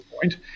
point